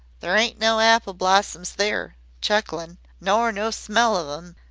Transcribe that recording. there ain't no apple-blossoms there, chuckling nor no smell of em.